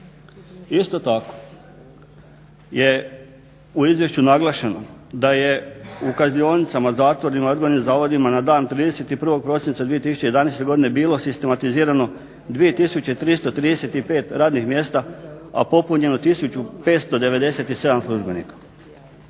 Isto tako je u izvješću naglašeno da je u kaznionicama, zatvorima i odgojnim zavodima na dan 31. prosinca 2011. godine bilo sistematizirano 2335 radnih mjesta, a popunjeno 1597 službenika.